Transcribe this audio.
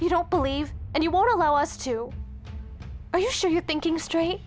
you don't believe and you won't allow us to are you sure you're thinking straight